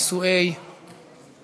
נישואי בנו אתמול.